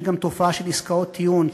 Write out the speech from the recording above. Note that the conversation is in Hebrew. יש גם תופעה של עסקאות טיעון,